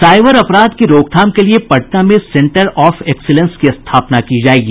cyber अपराध की रोकथाम के लिए पटना में सेंटर ऑफ एक्सिलेंस की स्थापना की जायेगी